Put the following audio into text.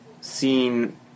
seen